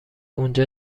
اونجا